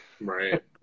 Right